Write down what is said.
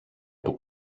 του